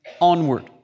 Onward